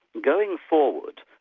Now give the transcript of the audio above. going forward,